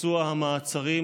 ביצוע המעצרים,